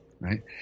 right